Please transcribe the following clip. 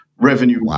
revenue